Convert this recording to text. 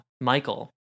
Michael